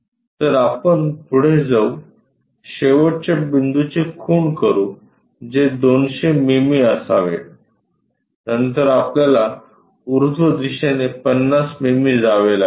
तर आपण पुढे जाऊ शेवटच्या बिंदूची खूण करू जे 200 मिमी असावे नंतर आपल्याला उर्ध्व दिशेने 50 मिमी जावे लागेल